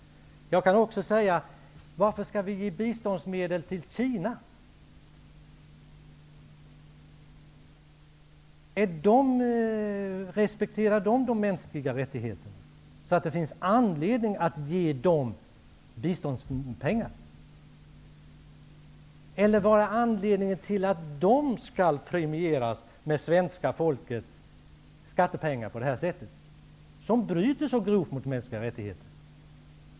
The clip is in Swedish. Jag kan också säga: Varför skall vi ge biståndsmedel till Kina? Respekterar Kina de mänskliga rättigheterna, så att det finns anledning att ge det landet biståndspengar? Eller vad är anledningen till att Kina skall premieras med svenska folkets skattepengar, ett land som bryter så grovt mot mänskliga rättigheter?